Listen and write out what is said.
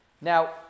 Now